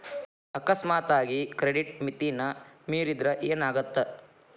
ಅಕಸ್ಮಾತಾಗಿ ಕ್ರೆಡಿಟ್ ಮಿತಿನ ಮೇರಿದ್ರ ಏನಾಗತ್ತ